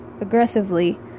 aggressively